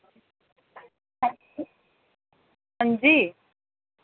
हां जी